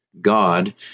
God